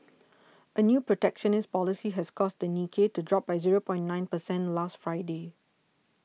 a new protectionist policy has caused the Nikkei to drop by zero nine percentage last Friday